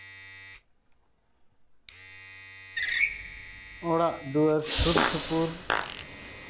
ᱚᱲᱟᱜ ᱫᱩᱣᱟᱹᱨ ᱥᱩᱨᱼᱥᱩᱯᱩᱨ